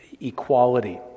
equality